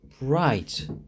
right